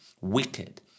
wicked